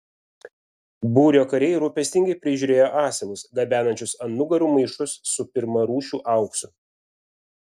būrio kariai rūpestingai prižiūrėjo asilus gabenančius ant nugarų maišus su pirmarūšiu auksu